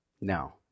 now